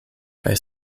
kaj